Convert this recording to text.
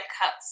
cuts